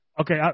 Okay